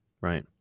Right